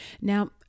Now